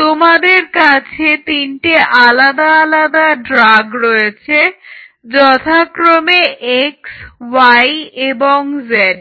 তোমাদের কাছে তিনটে আলাদা আলাদা ড্রাগ রয়েছে যথাক্রমে x y এবং z